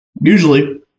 Usually